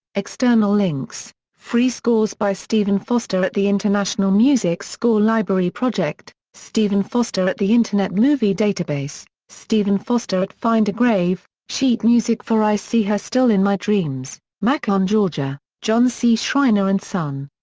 external links free scores by stephen foster at the international music score library project stephen foster at the internet movie database stephen foster at find a grave sheet music for i see her still in my dreams, macon, ga john c. schreiner and son.